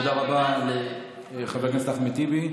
תודה רבה לחבר הכנסת אחמד טיבי.